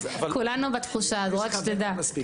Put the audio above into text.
כולנו בתחושה הזאת רק שתדע.